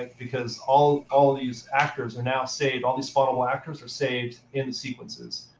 and because all all these actors are now saved all these spawnable actors are saved in the sequences.